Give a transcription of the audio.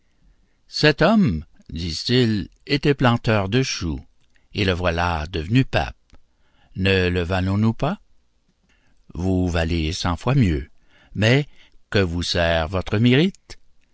cet homme disent-ils était planteur de choux et le voilà devenu pape ne le valons-nous pas vous valez cent fois mieux mais que vous sert votre mérite